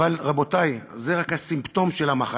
אבל, רבותי, זה רק סימפטום של המחלה.